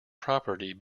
property